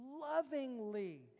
lovingly